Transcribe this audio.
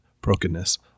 brokenness